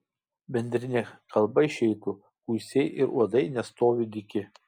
bendrine kalba išeitų kuisiai ir uodai nestovi dyki